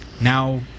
Now